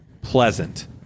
pleasant